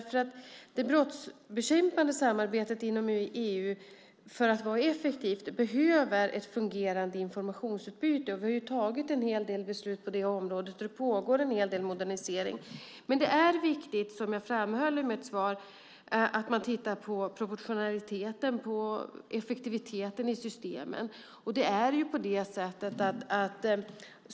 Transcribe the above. För att det brottsbekämpande samarbetet inom EU ska vara effektivt behövs ett fungerande informationsutbyte. Vi har fattat en hel del beslut på området, och det pågår en hel del modernisering. Det är viktigt, som jag framhöll i mitt svar, att man tittar på proportionaliteten och effektiviteten i systemen.